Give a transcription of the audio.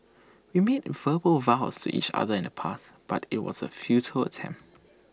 we made verbal vows to each other in the past but IT was A futile attempt